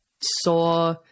saw